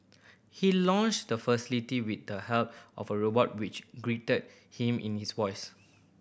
he launched the facility with the help of a robot which greeted him in his voice